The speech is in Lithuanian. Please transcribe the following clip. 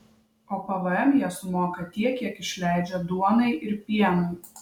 o pvm jie sumoka tiek kiek išleidžia duonai ir pienui